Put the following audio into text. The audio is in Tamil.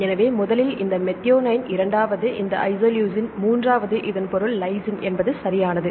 எனவே முதலில் இந்த மெத்தியோனைன் இரண்டாவது இந்த ஐசோலூசின் மூன்றாவது இதன் பொருள் லைசின் என்பது சரியானது